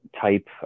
type